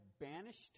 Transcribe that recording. banished